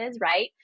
right